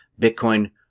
Bitcoin